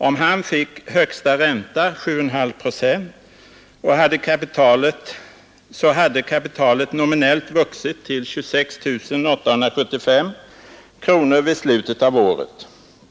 Om han fick högsta ränta, 7,5 procent, så hade kapitalet nominellt vuxit till 26 875 kronor vid slutet av året.